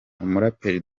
umuraperi